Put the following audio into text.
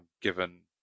given